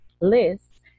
lists